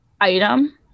item